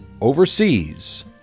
overseas